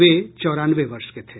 वे चौरानवे वर्ष के थे